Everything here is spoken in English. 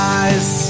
eyes